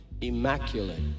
immaculate